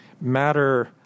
matter